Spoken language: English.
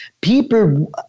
people